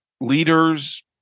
leaders